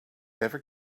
never